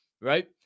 right